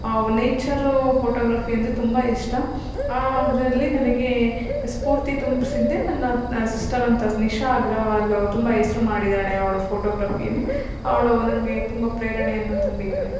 nature photography ಅಂದರೆ ತುಂಬ ಇಷ್ಟ ಆ ಅದರಲ್ಲಿ ನನಗೆ ಸ್ಪೂರ್ತಿ ತುಂಬಿಸಿದ್ದೇ ನನ್ನ ಸಿಸ್ಟರ್ ಅಂತ ನಿಶಾ ಅಗ್ರವಾಲ್ ತುಂಬ ಹೆಸ್ರು ಮಾಡಿದ್ದಾಳೆ ಅವಳು ಫೋಟೊಗ್ರಫಿಯಲ್ಲಿ ಅವಳು ನನಗೆ ತುಂಬ ಪ್ರೇರಣೆಯನ್ನು ತುಂಬಿದಾಳೆ